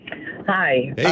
Hi